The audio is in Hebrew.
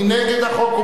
מי נגד החוק?